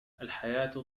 الحياة